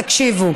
תקשיבו,